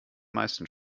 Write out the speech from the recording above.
meisten